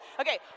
Okay